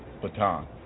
baton